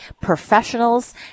professionals